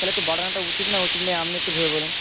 তাহলে একটু বাড়ানোটা উচিত না উচিত নয় আপনি একটু ভেবে বলুন